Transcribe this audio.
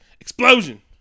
explosion